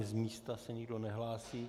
Z místa se nikdo nehlásí.